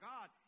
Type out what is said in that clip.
God